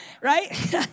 right